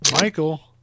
Michael